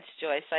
Joyce